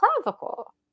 clavicle